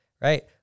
right